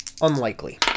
unlikely